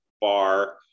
bar